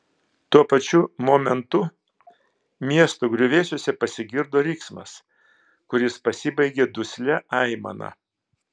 tuo pačiu momentu miesto griuvėsiuose pasigirdo riksmas kuris pasibaigė duslia aimana